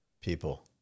People